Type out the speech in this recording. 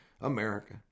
America